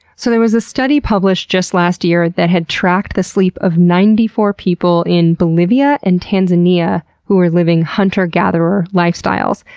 so there was a study published, just last year, that tracked the sleep of ninety four people in bolivia and tanzania, who were living hunter-gatherer lifestyles.